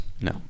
no